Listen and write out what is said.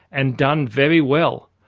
and done very well.